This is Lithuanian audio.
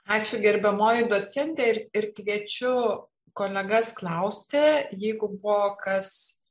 ačiū gerbiamoji docente ir ir kviečiu kolegas klausti jeigu buvo kas